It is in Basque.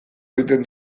egiten